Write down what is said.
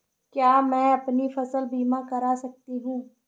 क्या मैं अपनी फसल बीमा करा सकती हूँ?